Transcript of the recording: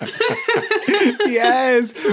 Yes